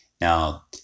Now